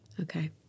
okay